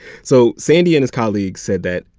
so sandy and his colleagues said that,